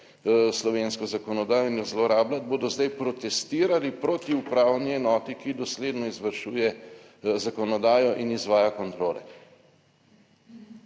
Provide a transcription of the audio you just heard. slovensko zakonodajo in jo zlorabljati, bodo zdaj protestirali proti upravni enoti, ki dosledno izvršuje zakonodajo in izvaja kontrole.